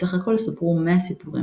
בסך הכול סופרו מאה סיפורים,